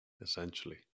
essentially